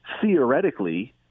theoretically